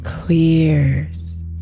clears